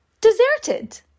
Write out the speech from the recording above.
deserted